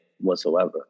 whatsoever